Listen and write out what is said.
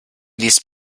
ließ